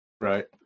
Right